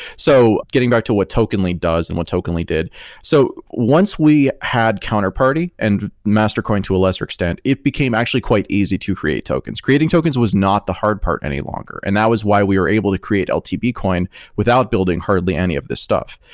so getting back to what tokenly does and what tokenly. so once we had counterparty and mastercoin to a lesser extent, it became actually quite easy to create tokens. creating tokens was not the hard part any longer and that was why we are able to create ltb coin without building hardly any of these stuff.